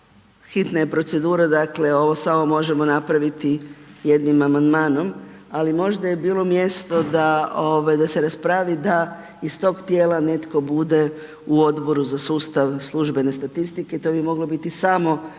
hitne procedure, dakle ovo samo možemo napraviti jednim amandmanom, ali možda je bilo mjesto da ovaj, da se raspravi da iz tog tijela netko bude u Odboru za sustav službene statistike, to bi moglo biti samo